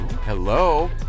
Hello